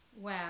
Wow